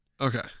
okay